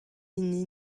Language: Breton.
hini